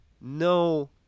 no